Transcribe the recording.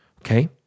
okay